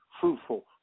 fruitful